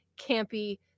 campy